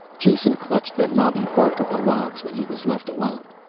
jason clutched the knobby bark of the logs when he was left alone.